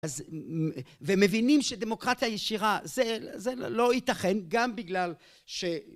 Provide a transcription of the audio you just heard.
אז ומבינים שדמוקרטיה ישירה זה לא ייתכן גם בגלל